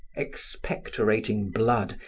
expectorating blood,